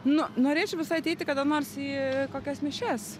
nu norėčiau visai ateiti kada nors į kokias mišias